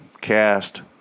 cast